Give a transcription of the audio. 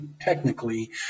technically